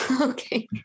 okay